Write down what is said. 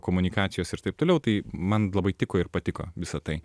komunikacijos ir taip toliau tai man labai tiko ir patiko visa tai